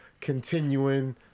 continuing